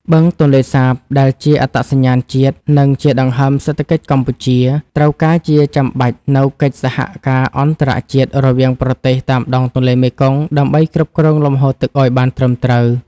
បឹងទន្លេសាបដែលជាអត្តសញ្ញាណជាតិ និងជាដង្ហើមសេដ្ឋកិច្ចកម្ពុជា ត្រូវការជាចាំបាច់នូវកិច្ចសហការអន្តរជាតិរវាងប្រទេសតាមដងទន្លេមេគង្គ ដើម្បីគ្រប់គ្រងលំហូរទឹកឱ្យបានត្រឹមត្រូវ។